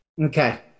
Okay